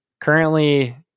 Currently